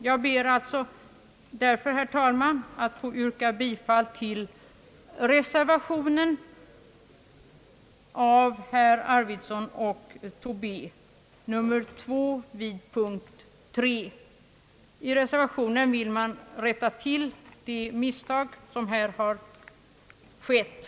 Jag ber därför, herr talman, att få yrka bifall till reservationen nr 2 av herrar Arvidson och Tobé vid punkten 3. I reservationen vill man rätta till det misstag som här har begåtts.